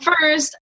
first